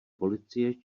policie